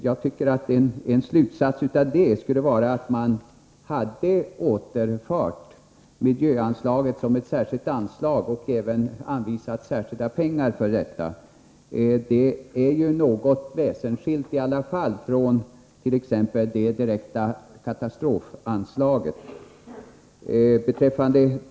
Jag tycker att en slutsats av det borde ha varit att man hade återfört miljöanslaget som ett särskilt anslag och alltså även anvisat särskilda pengar för detta. Det är ändå något väsensskilt från t.ex. det direkta katastrofanslaget.